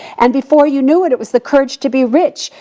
and before you knew it, it was the courage to be rich.